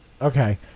Okay